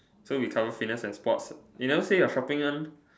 so we cover fitness and sports you didn't say your shopping one